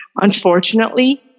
unfortunately